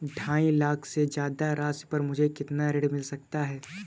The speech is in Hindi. ढाई लाख से ज्यादा राशि पर मुझे कितना ऋण मिल सकता है?